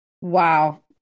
Wow